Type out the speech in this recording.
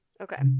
okay